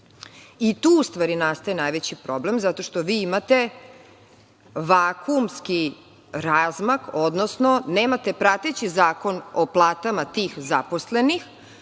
Tu u stvari nastaje najveći problem, zato što vi imate vakumski razmak, odnosno nemate prateći zakon o platama tih zaposlenih,